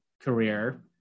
career